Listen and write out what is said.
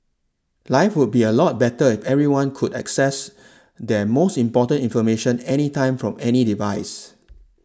life would be a lot better if everyone could access their most important information anytime from any device